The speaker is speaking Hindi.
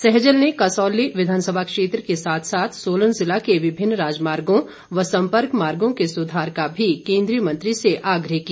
सहजल ने कसौली विधानसभा क्षेत्र के साथ साथ सोलन जिला के विभिन्न राजमार्गो व संपर्क मार्गों के सुधार का भी केंद्रीय मंत्री से आग्रह किया